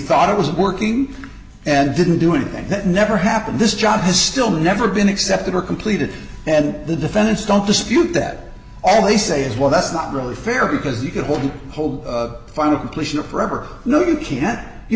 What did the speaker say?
thought it was working and didn't do it and that never happened this job has still never been accepted or completed and the defendants don't dispute that all they say is well that's not really fair because you can hold the whole final completion of forever no you can't you